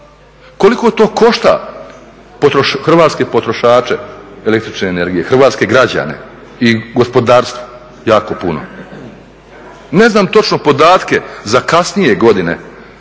Koliko to košta hrvatske potrošače električne energije, hrvatske građane i gospodarstvo jako puno. Ne znam točno podatke za kasnije godine